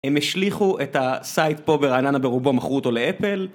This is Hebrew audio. הם השליכו את הסייט פה ברעננה ברובו, מכרו אותו לאפל.